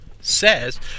says